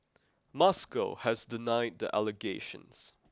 Moscow has denied the allegations